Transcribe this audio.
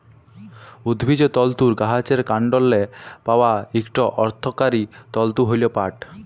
উদ্ভিজ্জ তলতুর গাহাচের কাল্ডলে পাউয়া ইকট অথ্থকারি তলতু হ্যল পাট